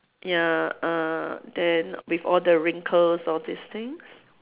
ya uh then with all the wrinkles all these things